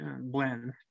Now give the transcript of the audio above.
blend